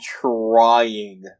trying